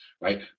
Right